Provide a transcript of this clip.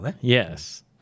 Yes